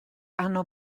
hanno